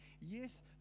Yes